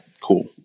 cool